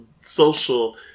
social